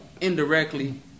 Indirectly